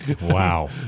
wow